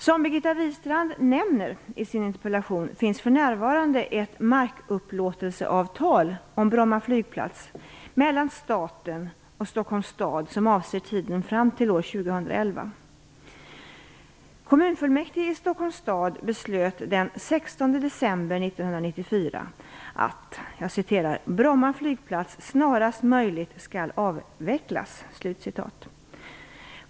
Som Birgitta Wistrand nämner i sin interpellation finns för närvarande ett markupplåtelseavtal om 16 december 1994 att "Bromma flygplats snarast möjligt skall avvecklas".